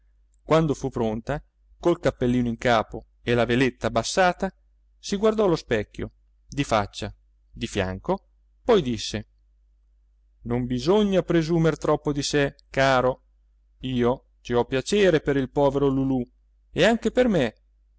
quando fu pronta col cappellino in capo e la veletta abbassata si guardò allo specchio di faccia di fianco poi disse non bisogna presumer troppo di sé caro io ci ho piacere per il povero lulù e anche per me